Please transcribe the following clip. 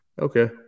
Okay